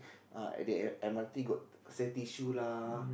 uh at the M_R_T got sell tissue lah